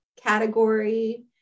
category